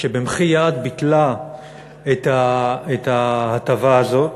שבמחי-יד ביטלה את ההטבה הזאת.